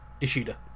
Ishida